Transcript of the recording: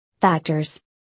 factors